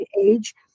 age